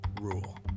rule